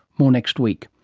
more next week.